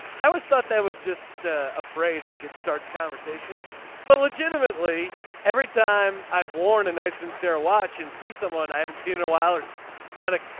i always thought that was just a phrase like it starts conversation but legitimately every time i've worn a nice and sarah watch and see someone i haven't seen in a while. kind of.